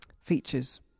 features